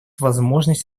возможность